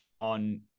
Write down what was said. on